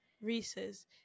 Reese's